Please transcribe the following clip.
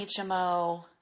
HMO